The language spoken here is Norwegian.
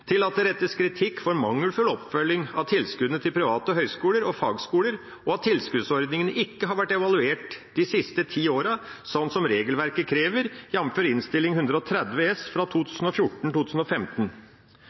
til at det rettes kritikk for mangelfull oppfølging av tilskuddene til private høyskoler og fagskoler, og at tilskuddsordningene de siste ti årene ikke har vært evaluert